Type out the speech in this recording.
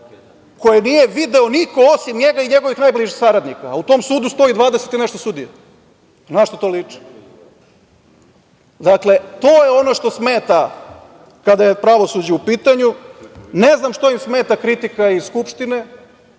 koje nije video niko osim njega i njegovih najbližih saradnika, a u tom sudu stoji dvadeset i nešto sudija. Na šta to liči? To je ono što smeta kada je pravosuđe u pitanju. Ne znam što im smeta kritika iz Skupštine.